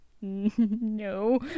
No